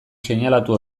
seinalatu